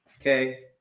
Okay